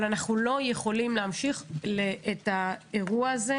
אבל אנחנו לא יכולים להמשיך את האירוע הזה,